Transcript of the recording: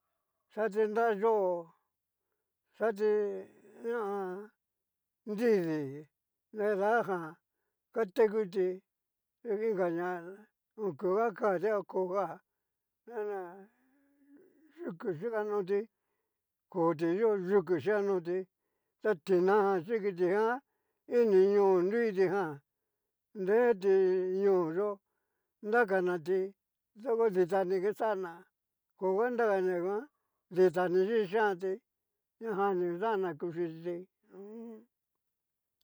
Ati nrayó xati ña ha nridi nida jan, ka tekuti inkaña ok. uga katia koña ñana yuku chikanoti koti yó yuku xikanoti ta tina jan chi kiti jan ini ñoo nru kiti jan nreti ñoo yó nrakana ti tu dita ni xana koga ñaganaguan ditani kixanti ñajan ni xana kuchiti.